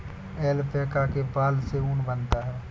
alpaca के बाल से ऊन बनता है